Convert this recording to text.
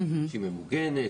שהיא ממוגנת,